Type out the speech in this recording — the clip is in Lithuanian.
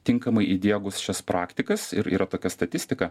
tinkamai įdiegus šias praktikas ir yra tokia statistika